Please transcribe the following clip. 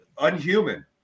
unhuman